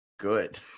good